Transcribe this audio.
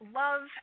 love